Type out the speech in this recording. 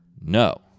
No